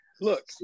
Look